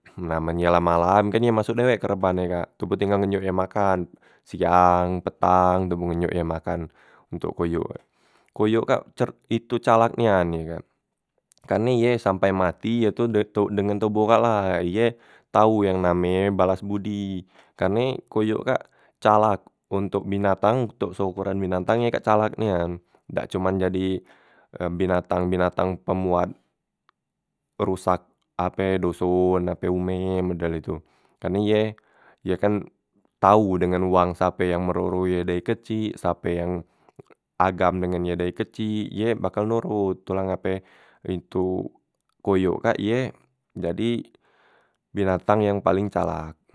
na men ye la malam kan ye masuk dewek ke reban ye kak, toboh tinggal ngenyok ye makan siang petang toboh ngenyok ye makan untuk koyok. Koyok kak cert itu calak nian ye kan, karne ye sampe mati ye tu de tok dengen toboh kak la ye tau yang name ye balas budi, karne koyok kak calak ontok binatang ntok seokoran binatang ye kak calak nian, dak cuman jadi binatang binatang pemuat perusak ape doson ape ume model itu, karne ye ye kan tau dengan uwang sape yang meroro ye dari kecik sape yang agam dengen ye dari kecik, ye bakal nurut tu la ngape itu koyok kak ye jadi binatang yang paling calak.